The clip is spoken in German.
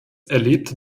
erlebte